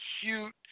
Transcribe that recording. cute